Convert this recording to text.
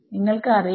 നിങ്ങൾക്ക് അറിയാം